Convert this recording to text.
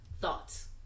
Thoughts